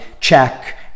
check